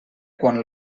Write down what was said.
quan